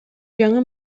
жаңы